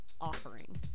offering